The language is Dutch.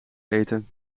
eten